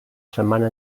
setmana